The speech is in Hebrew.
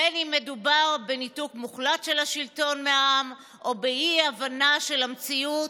בין שמדובר בניתוק מוחלט של השלטון מהעם או באי-הבנה של המציאות.